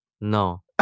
No